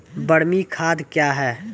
बरमी खाद कया हैं?